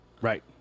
Right